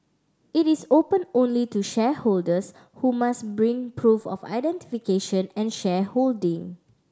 it is open only to shareholders who must bring proof of identification and shareholding